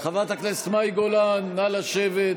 חברת הכנסת מאי גולן, נא לשבת.